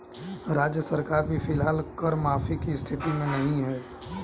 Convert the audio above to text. राज्य सरकार भी फिलहाल कर माफी की स्थिति में नहीं है